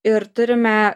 ir turime